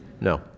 No